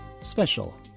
Special